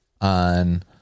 on